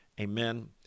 Amen